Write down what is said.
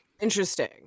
Interesting